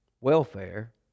welfare